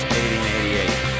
1888